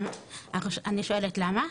אני שואלת, למה?